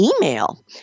email